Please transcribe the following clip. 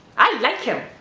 i like him!